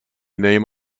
name